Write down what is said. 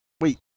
wait